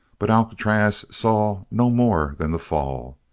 but alcatraz saw no more than the fall.